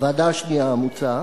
הוועדה השנייה המוצעת: